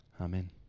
Amen